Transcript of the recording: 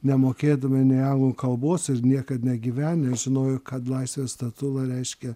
nemokėdami nei anglų kalbos ir niekad negyvenę žinojo kad laisvės statula reiškia